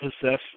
possess